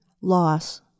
Loss